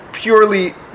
purely